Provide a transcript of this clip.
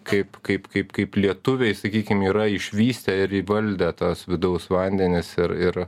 kaip kaip kaip kaip lietuviai sakykim yra išvystę ir įvaldę tuos vidaus vandenis ir ir